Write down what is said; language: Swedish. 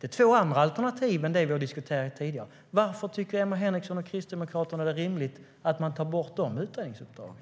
Detta är två andra alternativ än det vi har diskuterat tidigare. Varför tycker Emma Henriksson och Kristdemokraterna att det är rimligt att man tar bort de utredningsuppdragen?